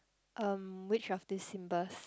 um which of these symbols